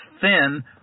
thin